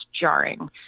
jarring